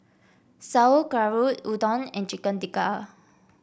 Sauerkraut Udon and Chicken Tikka